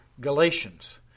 Galatians